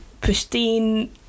pristine